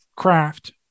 craft